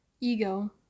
ego